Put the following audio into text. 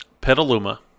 Petaluma